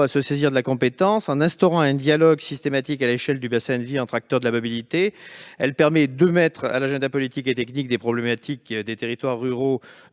à se saisir de la compétence, en instaurant un dialogue systématique à l'échelle du bassin de vie entre acteurs de la mobilité, la LOM permet de mettre à l'agenda politique et technique des problématiques des territoires ruraux,